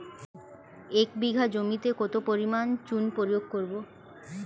এক বিঘা জমিতে কত পরিমাণ চুন প্রয়োগ করব?